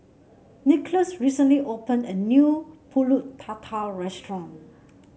Nicklaus recently opened a new pulut Tatal restaurant